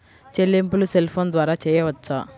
చెల్లింపులు cell phone ద్వారా చేయవచ్చా?